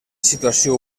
situació